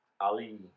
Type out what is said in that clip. Ali